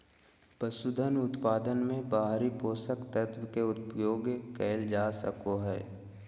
पसूधन उत्पादन मे बाहरी पोषक तत्व के उपयोग कइल जा सको हइ